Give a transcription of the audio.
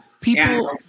people